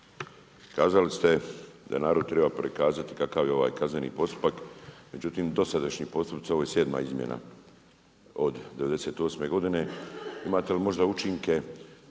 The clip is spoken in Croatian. kazali ste da narodu treba prikazati kakav je ovaj kazneni postupak, međutim dosadašnji postupci, ovo je 7 izmjena od 98' godine imate li možda učinke